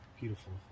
beautiful